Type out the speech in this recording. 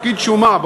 פקיד שומה,